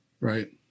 right